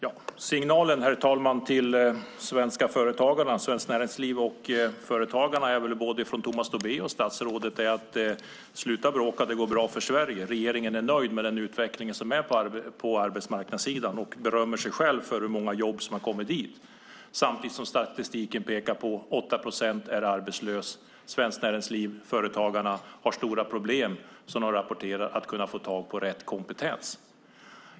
Herr talman! Signalen till de svenska företagarna och svenskt näringsliv är väl från både Tomas Tobé och statsrådet: Sluta bråka! Det går bra för Sverige. Regeringen är nöjd med den utveckling som är på arbetsmarknadssidan och berömmer sig själv för hur många jobb som har kommit dit. Samtidigt pekar statistiken på att 8 procent är arbetslösa. Svenskt näringsliv och företagarna har stora problem, som de rapporterar, med att få tag i rätt kompetens.